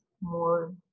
more